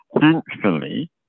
Thankfully